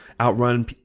outrun –